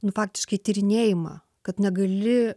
nu faktiškai tyrinėjimą kad negali